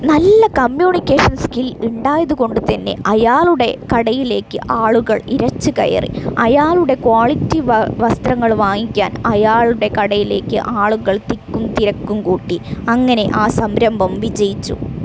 നല്ല communication skill ഉണ്ടായതുകൊണ്ട് തന്നെ അയാളുടെ കടയിലേക്ക് ആളുകൾ ഇരച്ച് കയറി അയാളുടെ ക്വാളിറ്റി വസ്ത്രങ്ങൾ വാങ്ങിക്കാൻ അയാളുടെ കടയിലേക്ക് ആളുകൾ തിക്കും തിരക്കും കൂട്ടി അങ്ങനെ ആ സംരഭം വിജയിച്ചു